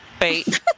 Wait